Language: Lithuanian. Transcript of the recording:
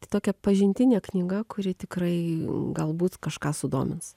tai tokia pažintinė knyga kuri tikrai galbūt kažką sudomins